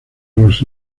los